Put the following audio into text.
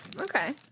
Okay